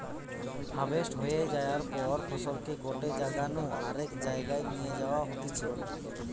harvest হয়ে যায়ার পর ফসলকে গটে জাগা নু আরেক জায়গায় নিয়ে যাওয়া হতিছে